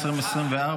התשפ"ד 2024,